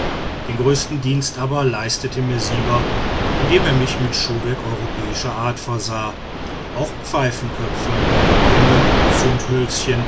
den größten dienst aber leistete mir siber indem er mich mit schuhwerk europäischer art versah auch pfeifenköpfe kämme zündhölzchen